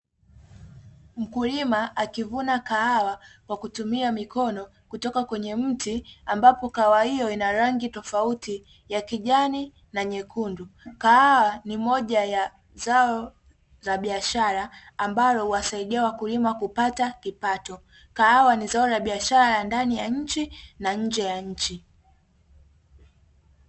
Mkulima akivuna kahawa kwa kutumia mikono kutoka kwenye mti ambapo kahawa hiyo ina rangi tofauti ya kijani na nyekundu, kahawa ni moja ya zao la biashara ambalo huwasaidia wakulima kupata kipato, kahawa ni zao la biashara ya ndani ya nchi na nje ya nchi.